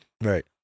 Right